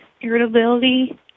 irritability